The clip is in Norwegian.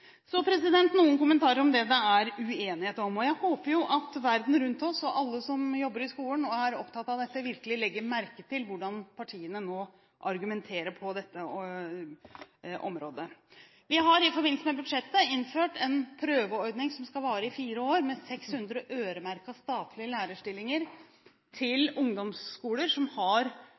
Så noen kommentarer om det det er uenighet om, og jeg håper at verden rundt oss og alle som jobber i skolen og er opptatt av dette, virkelig legger merke til hvordan partiene nå argumenterer på dette området. Vi har i forbindelse med budsjettet innført en prøveordning som skal vare i fire år, med 600 øremerkede statlige lærerstillinger til ungdomsskoler som har